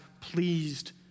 pleased